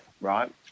right